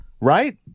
Right